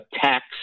tax